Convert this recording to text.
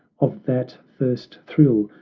of that first thrill,